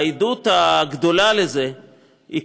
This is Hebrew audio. העדות הגדולה לזה היא,